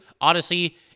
Odyssey